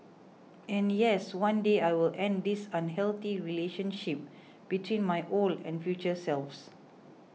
and yes one day I will end this unhealthy relationship between my old and future selves